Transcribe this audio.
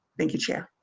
thank you chair.